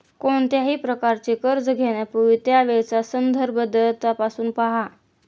कोणत्याही प्रकारचे कर्ज घेण्यापूर्वी त्यावेळचा संदर्भ दर तपासून पहा